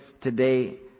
today